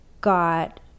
got